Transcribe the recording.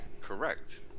correct